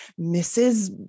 Mrs